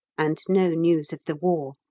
and no news of the war.